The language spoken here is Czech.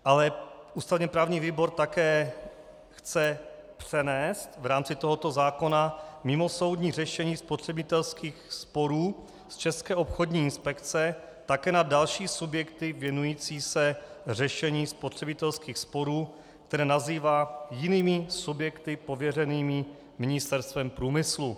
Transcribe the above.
Ale ústavněprávní výbor také chce přenést v rámci tohoto zákona mimosoudní řešení spotřebitelských sporů z České obchodní inspekce také na další subjekty věnující se řešení spotřebitelských sporů, které nazývá jinými subjekty pověřenými Ministerstvem průmyslu.